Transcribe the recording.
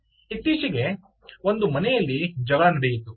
ಇತ್ತೀಚೆಗೆ ಒಂದು ಮನೆಯಲ್ಲಿ ಜಗಳ ನಡೆಯಿತು